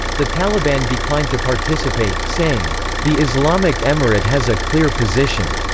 the taliban declined to participate, saying the islamic emirate has a clear position.